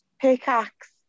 pickaxe